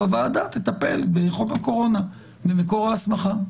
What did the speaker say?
והוועדה תטפל במקור ההסמכה של חוק הקורונה.